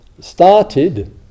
started